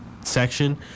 section